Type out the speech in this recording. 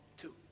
two